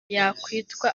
yakwitwa